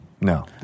No